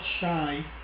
shy